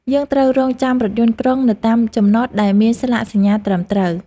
យើងត្រូវរង់ចាំរថយន្តក្រុងនៅតាមចំណតដែលមានស្លាកសញ្ញាត្រឹមត្រូវ។